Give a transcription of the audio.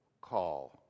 call